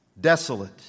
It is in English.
Desolate